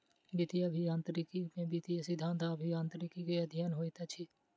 वित्तीय अभियांत्रिकी में वित्तीय सिद्धांत आ अभियांत्रिकी के अध्ययन होइत अछि